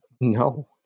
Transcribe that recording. No